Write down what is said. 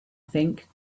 think